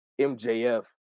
MJF